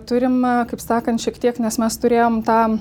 turim kaip sakant šiek tiek nes mes turėjom tą